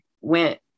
went